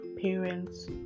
parents